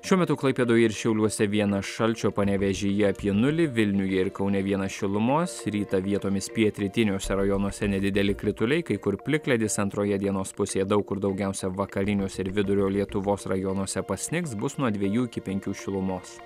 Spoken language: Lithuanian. šiuo metu klaipėdoje ir šiauliuose vienas šalčio panevėžyje apie nulį vilniuje ir kaune vienas šilumos rytą vietomis pietrytiniuose rajonuose nedideli krituliai kai kur plikledis antroje dienos pusėje daug kur daugiausia vakariniuose ir vidurio lietuvos rajonuose pasnigs bus nuo dvejų iki penkių šilumos